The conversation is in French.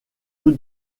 peu